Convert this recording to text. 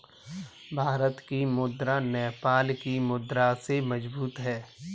भारत की मुद्रा नेपाल की मुद्रा से मजबूत है